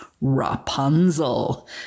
Rapunzel